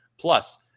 Plus